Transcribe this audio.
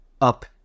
up